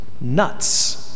nuts